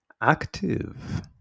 active